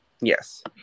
Yes